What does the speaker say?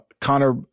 Connor